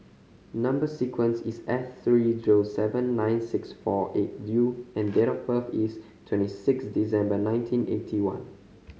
number sequence is S three zero seven nine six four eight U and date of birth is twenty six December nineteen eighty one